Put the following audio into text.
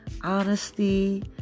honesty